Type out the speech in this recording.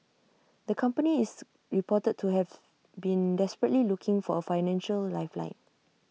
the company is reported to have been desperately looking for A financial lifeline